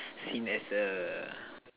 seen as a